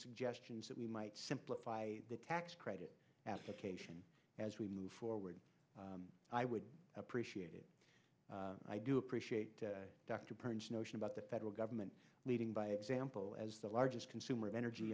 suggestions that we might simplify the tax credit application as we move forward i would appreciate it i do appreciate dr prince notion about the federal government leading by example as the largest consumer of energy